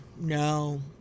No